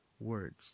words